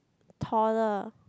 taller